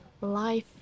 life